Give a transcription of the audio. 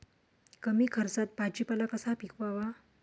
कमी खर्चात भाजीपाला कसा पिकवावा?